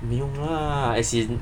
没有啊 as in